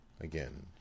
Again